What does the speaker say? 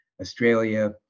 Australia